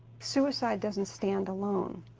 suicide doesn't stand alone.